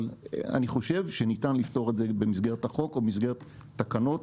אבל אני חושב שניתן לפתור את זה במסגרת החוק או במסגרת תקנות,